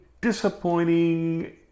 disappointing